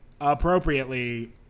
appropriately